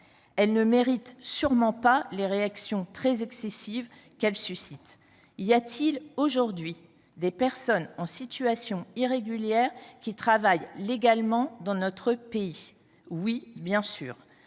Elle ne mérite sûrement pas les réactions très excessives qu’elle suscite. Y a t il aujourd’hui des personnes en situation irrégulière qui travaillent légalement dans notre pays ? La réponse